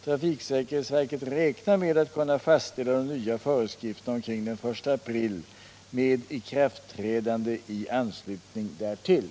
Trafiksäkerhetsverket räknar med att kunna fastställa de nya föreskrifterna omkring den 1 april med ikraftträdande i anslutning därtill.